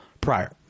prior